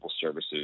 services